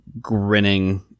grinning